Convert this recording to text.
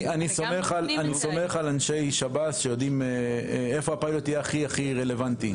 אני סומך על אני שב"ס שיודעים איפה יהיה הפיילוט הכי רלוונטי.